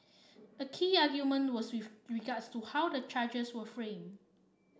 a key argument was regards to how the charges were framed